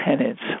tenants